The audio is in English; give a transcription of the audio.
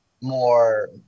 more